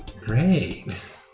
Great